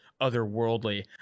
otherworldly